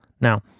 Now